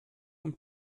vom